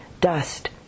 dust